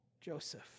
Joseph